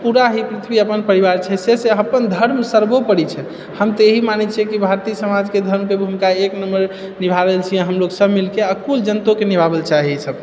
पूरा ही पृथ्वी अपन परिवार छै से अपन धर्म सर्वोपरि छै हम तऽ एही मानै छियै कि भारतीय समाजके धर्मके भूमिका एक नम्बर निभा रहल छिऐ हमलोग सब मिलके आ कुल जनतोके निभाबैके चाही